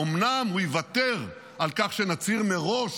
אמרנו לנו שחמאס לא יסכים לשחרר חטופים בלי שנסכים מראש